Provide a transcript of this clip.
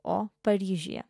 o paryžiuje